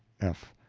f.